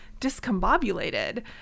discombobulated